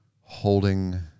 holding